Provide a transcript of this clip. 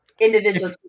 individual